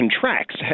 contracts